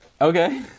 Okay